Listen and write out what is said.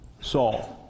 Saul